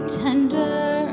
tender